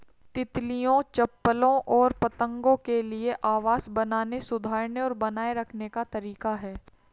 तितलियों, चप्पलों और पतंगों के लिए आवास बनाने, सुधारने और बनाए रखने का तरीका है